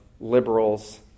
liberals